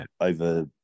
over